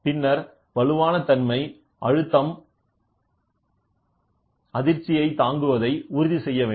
பின்னர் வலுவான தன்மை அழுத்தம் அதிர்ச்சியை தாங்குவதை உறுதி செய்யவேண்டும்